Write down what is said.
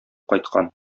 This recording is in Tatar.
кайткан